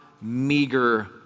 meager